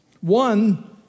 One